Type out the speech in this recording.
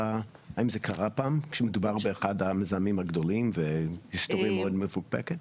האם זה קרה פעם כשמדובר באחד המזהמים הגדולים עם היסטוריה מאוד מפוקפקת?